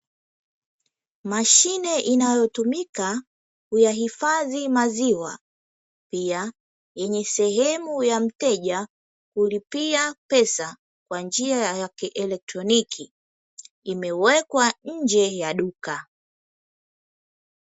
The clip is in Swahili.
Mashine inayotumika kuyahifadhi maziwa, pia yenye sehemu ya mteja kulipia pesa kwa njia ya kielektroniki, imewekwa nje ya duka.